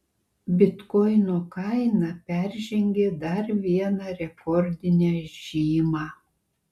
bitkoino kaina peržengė dar vieną rekordinę žymą